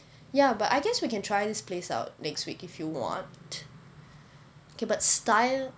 ya but I guess we can try this place out next week if you want K but style